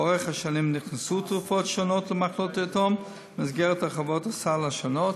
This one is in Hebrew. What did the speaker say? לאורך השנים נכנסו תרופות שונות למחלות יתום במסגרת הרחבות הסל השונות.